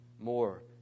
more